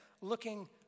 looking